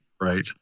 right